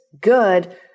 good